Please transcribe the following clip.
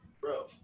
bro